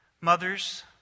Mothers